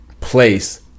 place